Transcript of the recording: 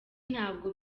ntabwo